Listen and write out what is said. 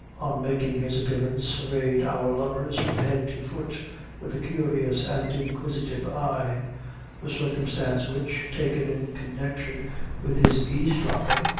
on making his appearance, surveyed our lovers from head to foot with a curious and inquisitive eye a circumstance which, taken in connection with his eaves-dropping,